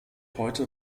heute